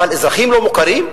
אבל אזרחים לא מוכרים?